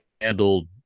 handled